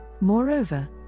Moreover